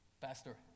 Pastor